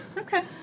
okay